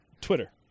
Twitter